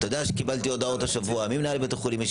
קיבלתי השבוע הודעות ישירות ממנהלי בתי חולים,